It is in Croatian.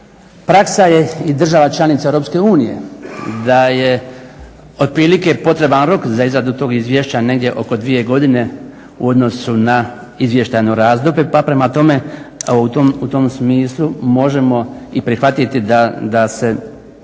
Praksa je i država članica Europske unije da je otprilike potreban rok za izradu tog Izvješća, negdje oko 2 godine u odnosu na izvještajno razdoblje. Pa prema tome, u tom smislu možemo i prihvatiti da se,